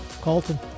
Colton